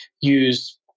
use